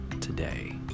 today